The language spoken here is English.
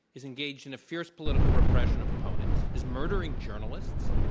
is engaged in a fierce political repression of opponents, is murdering journalists.